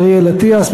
אריאל אטיאס,